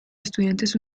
estudiantes